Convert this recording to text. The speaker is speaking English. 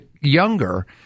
younger